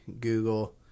Google